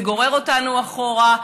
זה גורר אותנו אחורה,